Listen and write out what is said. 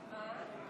58 בעד,